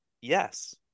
Yes